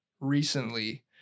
recently